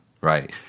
right